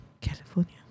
California